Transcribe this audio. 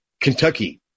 Kentucky